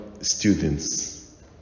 students